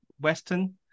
Western